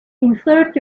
insert